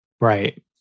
Right